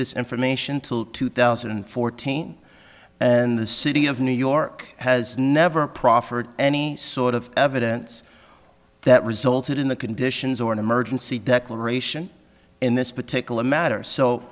this information till two thousand and fourteen in the city of new york has never proffered any sort of evidence that resulted in the conditions or an emergency declaration in this particular matter so